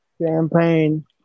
Champagne